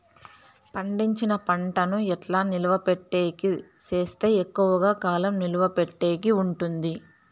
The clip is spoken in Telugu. పండించిన పంట ను ఎట్లా నిలువ పెట్టేకి సేస్తే ఎక్కువగా కాలం నిలువ పెట్టేకి ఉంటుంది?